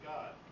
God